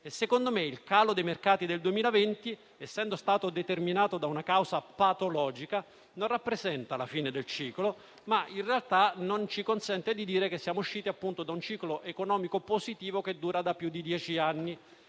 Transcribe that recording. secondo me il calo dei mercati del 2020, essendo stato determinato da una causa patologica, non rappresenta la fine del ciclo, ma in realtà non ci consente di dire che siamo usciti da un ciclo economico positivo che dura da più di 10 anni,